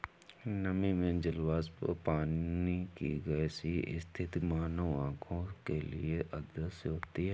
नमी में जल वाष्प पानी की गैसीय स्थिति मानव आंखों के लिए अदृश्य होती है